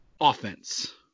offense